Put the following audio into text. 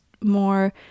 more